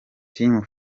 team